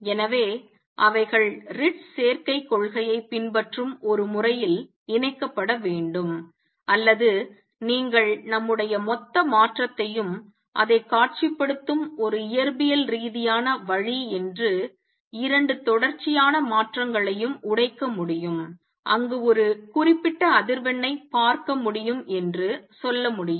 எனவே அவைகள் ரிட்ஸ் சேர்க்கை கொள்கையை பின்பற்றும் ஒரு முறையில் இணைக்கப்பட வேண்டும் அல்லது நீங்கள் நம்முடைய மொத்த மாற்றத்தையும் அதை காட்சிப்படுத்தும் ஒரு இயற்பியல் ரீதியான வழி என்று இரண்டு தொடர்ச்சியான மாற்றங்களையும் உடைக்க முடியும் அங்கு ஒரு குறிப்பிட்ட அதிர்வெண்ணை பார்க்க முடியும் என்று சொல்ல முடியும்